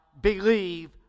believe